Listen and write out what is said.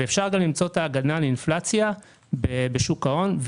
ואפשר גם למצוא את ההגנה מאינפלציה בשוק ההון.